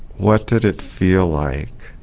what did it feel like